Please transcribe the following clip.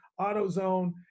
AutoZone